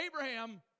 Abraham